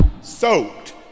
soaked